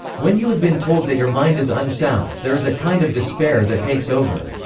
when you have been told that your mind is unsound, there is a kind of despair that takes over.